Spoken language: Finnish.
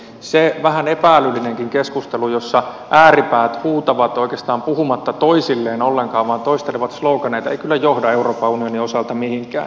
se vähän epä älyllinenkin keskustelu jossa ääripäät huutavat oikeastaan puhumatta toisilleen ollenkaan toistelevat sloganeita ei kyllä johda euroopan unionin osalta mihinkään